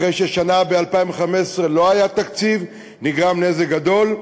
אחרי ששנה, ב-2015, לא היה תקציב, נגרם נזק גדול,